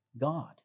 God